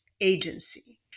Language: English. agency